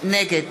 נגד